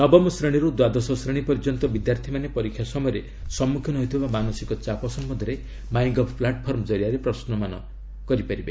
ନବମ ଶ୍ରେଣୀରୁ ଦ୍ୱାଦଶ ଶ୍ରେଣୀ ପର୍ଯ୍ୟନ୍ତ ବିଦ୍ୟାର୍ଥୀମାନେ ପରୀକ୍ଷା ସମୟରେ ସମ୍ମୁଖୀନ ହେଉଥିବା ମାନସିକ ଚାପ ସମ୍ଭନ୍ଧରେ ମାଇଁ ଗଭ୍ ପ୍ଲାଟଫର୍ମ ଜରିଆରେ ପ୍ରଶ୍ମମାନ କରାଯାଇ ପାରିବ